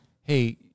Hey